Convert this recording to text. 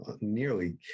nearly